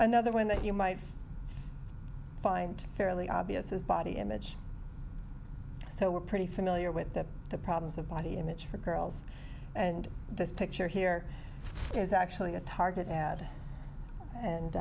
another one that you might find fairly obvious is body image so we're pretty familiar with the the problems of body image for girls and this picture here is actually a target ad